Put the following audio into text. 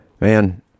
man